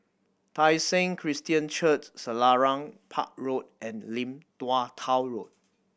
Tai Seng Christian Church Selarang Park Road and Lim Tua Tow Road